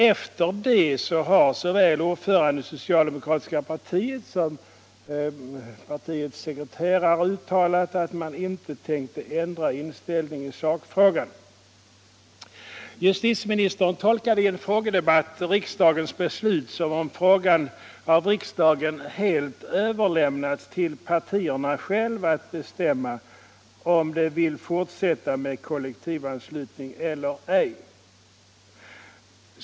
Efter det har såväl ordföranden i socialdemokratiska partiet som partiets sekreterare uttalat att man inte tänker ändra inställning i sakfrågan. Justitieministern tolkade i en frågedebatt riksdagens beslut som om riksdagen helt överlämnat till partierna själva att bestämma om de vill fortsätta med kollektivanslutning eller ej.